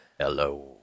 Hello